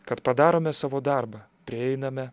kad padarome savo darbą prieiname